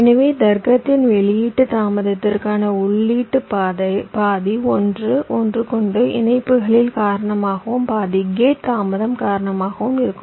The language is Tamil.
எனவே தர்க்கத்தின் வெளியீட்டு தாமதத்திற்கான உள்ளீட்டில் பாதி ஒன்று ஒன்றுக்கொன்று இணைப்புகள் காரணமாகவும் பாதி கேட் தாமதம் காரணமாகவும் இருக்கும்